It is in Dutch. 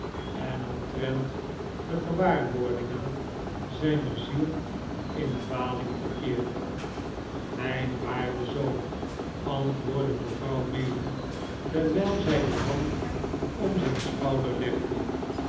en omtrent de gewaarwordingen zijner ziel in dwaling verkeert mijn waarde zoon antwoordde mevrouw maylie terwijl zij de hand om zijn schouder legde